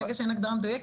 ברגע שאין הגדרה מדויקת,